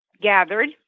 gathered